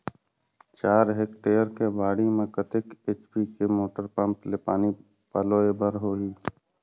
चार हेक्टेयर के बाड़ी म कतेक एच.पी के मोटर पम्म ले पानी पलोय बर होही?